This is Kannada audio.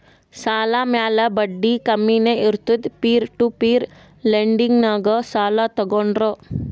ಸಾಲ ಮ್ಯಾಲ ಬಡ್ಡಿ ಕಮ್ಮಿನೇ ಇರ್ತುದ್ ಪೀರ್ ಟು ಪೀರ್ ಲೆಂಡಿಂಗ್ನಾಗ್ ಸಾಲ ತಗೋಂಡ್ರ್